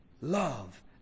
Love